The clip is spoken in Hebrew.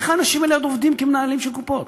איך האנשים האלה עוד עובדים כמנהלים של קופות?